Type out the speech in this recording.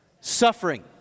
Suffering